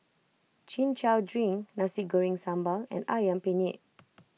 Chin Chow Drink Nasi Goreng Sambal and Ayam Penyet